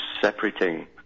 separating